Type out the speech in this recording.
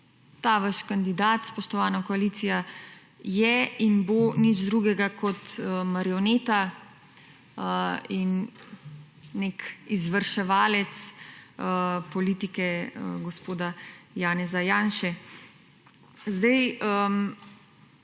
Ta vaš kandidat, spoštovana koalicija je in bo nič drugega kot marioneta in nek izvrševalec politike gospoda Janeza Janše. Zdaj,